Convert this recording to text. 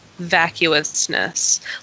vacuousness